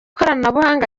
koranabuhanga